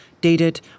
dated